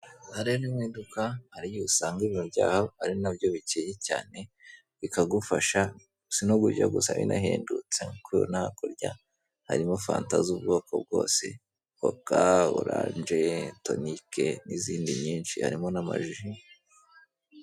Aha rero ni mu iduka ari ryo usangamo ibiribwa byaba ari nabyo bikeye cyane bikagufasha sinibyo gusa binahendutse kuko hakurya harimo fanta z'ubwoko bwose coca, orange, tonic n'izindi nyinshi harimo n'amazi.